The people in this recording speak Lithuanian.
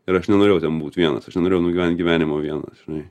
ir aš nenorėjau ten būt vienas aš nenorėjau nugyvent gyvenimo vienas žinai